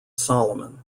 solomon